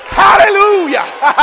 hallelujah